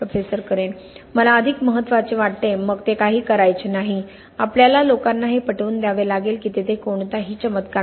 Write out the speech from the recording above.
professor Karen मला अधिक महत्त्वाचे वाटते मग ते काही करायचे नाही आपल्याला लोकांना हे पटवून द्यावे लागेल की तेथे कोणताही चमत्कार नाही